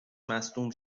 مصدوم